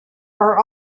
are